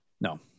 No